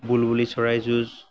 বুলবুলি চৰাইৰ যুঁজ